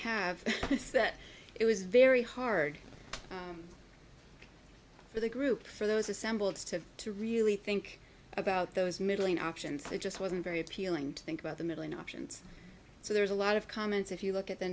is that it was very hard for the group for those assembled to to really think about those middling options it just wasn't very appealing to think about the middle in options so there's a lot of comments if you look at the